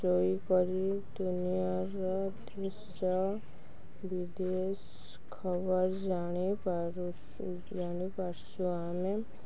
ଶୋଇକରି ଦୁନିଆର ଦେଶ ବିଦେଶ ଖବର ଜାଣିପାରୁ ଜାଣିପାରୁଛୁ ଆମେ